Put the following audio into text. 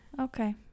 Okay